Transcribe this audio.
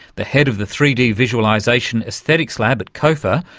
the head of the three d visualisation aesthetics lab at cofa,